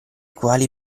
quali